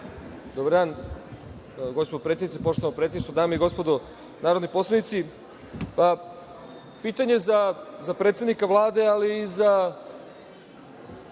Dobar dan, gospođo predsednice, poštovano predsedništvo, dame i gospodo narodni poslanici. Pitanje za predsednika Vlade, ali i za